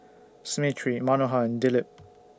Smriti Manohar and Dilip